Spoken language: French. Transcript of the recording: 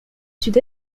sud